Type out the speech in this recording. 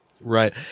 right